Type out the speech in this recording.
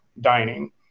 dining